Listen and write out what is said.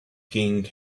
king